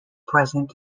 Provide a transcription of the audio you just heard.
present